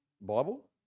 Bible